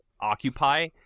occupy